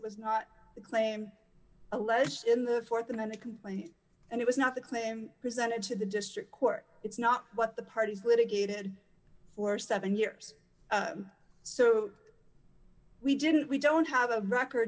was not the claim alleged in the th and then the complaint and it was not the claim presented to the district court it's not what the party split again had for seven years so we didn't we don't have a record